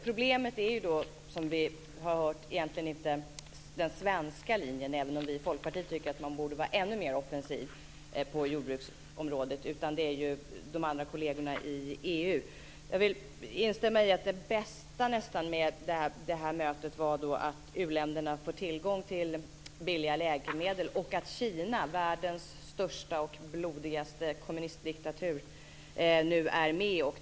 Problemet är ju då, som vi har hört, egentligen inte den svenska linjen, även om vi i Folkpartiet tycker att man borde vara ännu mer offensiv på jordbruksområdet, utan det är ju de andra kollegerna i Jag vill instämma i att nästan det bästa med det här mötet var att u-länderna får tillgång till billiga läkemedel och att Kina, världens största och blodigaste kommunistdiktatur, nu är med.